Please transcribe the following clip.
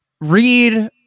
read